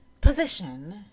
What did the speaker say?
position